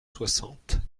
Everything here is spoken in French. soixante